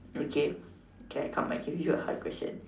okay can come I give you a hard question